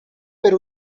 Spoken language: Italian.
per